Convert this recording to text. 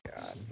God